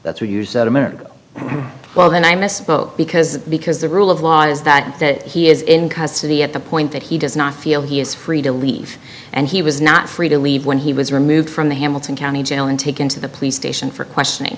that's what you said a minute ago well then i misspoke because because the rule of law is that he is in custody at the point that he does not feel he is free to leave and he was not free to leave when he was removed from the hamilton county jail and taken to the police station for questioning